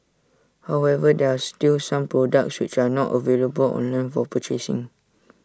however there are still some products which are not available online for purchasing